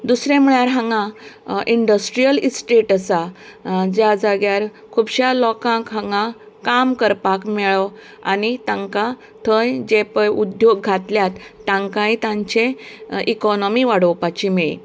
दुसरें म्हळ्यार हांगा इंड्स्ट्रियल इस्टेट आसात ज्या जाग्यार खुबश्या लोकांक हांगा काम करपाक मेळ्ळो आनी तांकां थंय जे पळय उद्द्योग घातल्यात तांकाय तांची इकोनोमी वाडोवपाची मेळ्ळी